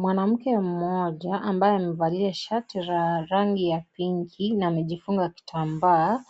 Mwanamke mmoja ambaye amevalia shati ya rangi ya pinki na amejifunga kitambaa,